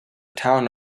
town